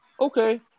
okay